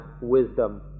wisdom